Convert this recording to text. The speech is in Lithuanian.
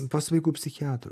pas vaikų psichiatrus